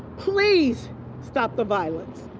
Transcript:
please stop the violence.